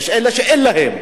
אלה שאין להם.